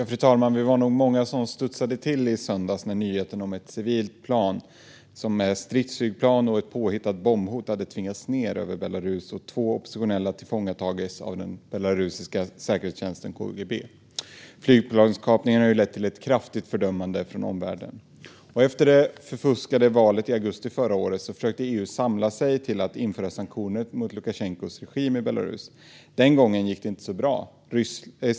Fru talman! Vi var nog många som studsade till i söndags när nyheten kom om att ett civilt flygplan med hjälp av ett stridsflygplan och ett påhittat bombhot hade tvingats ned över Belarus och två oppositionella hade tillfångatagits av den belarusiska säkerhetstjänsten KGB. Flygplanskapningen har lett till ett kraftigt fördömande från omvärlden. Efter det förfuskade valet i augusti förra året försökte EU samla sig till att införa sanktioner mot Lukasjenkos regim i Belarus. Den gången gick det inte så bra.